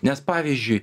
nes pavyzdžiui